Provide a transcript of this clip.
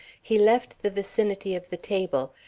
he left the vicinity of the table,